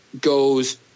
goes